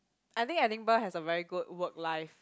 I think Edinburgh has a very good work life